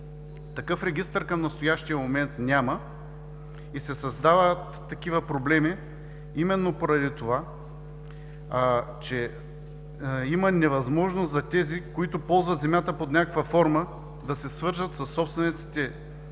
Такъв регистър към настоящия момент няма и се създават такива проблеми именно поради това, че има невъзможност за тези, които ползват земята под някаква форма, да се свържат със собствениците на